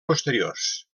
posteriors